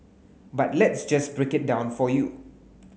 but let's just break it down for you